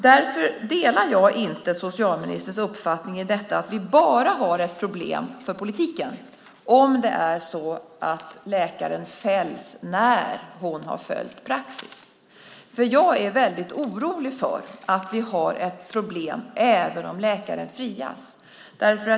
Därför delar jag inte socialministerns uppfattning att vi bara har ett problem för politiken om läkaren fälls när hon har följt praxis. Jag är väldigt orolig för att vi har ett problem även om läkaren frias.